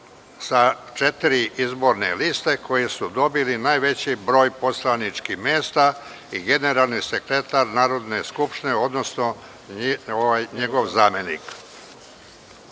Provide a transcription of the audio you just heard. sa četiri izborne liste koje su dobile najveći broj poslaničkih mesta i generalni sekretar Narodne skupštine, odnosno njegov zamenik. Pošto